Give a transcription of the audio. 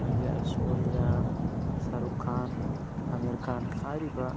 ꯑꯗꯒꯤ ꯑꯥꯏꯁꯣꯔꯤꯌꯥ ꯁꯔꯨꯛ ꯈꯥꯟ ꯑꯃꯤꯔ ꯈꯥꯟ ꯍꯥꯏꯔꯤꯕ